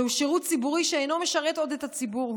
זהו שירות ציבורי שאינו משרת עוד את הציבור.